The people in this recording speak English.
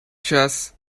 chess